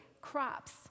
crops